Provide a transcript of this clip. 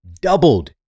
doubled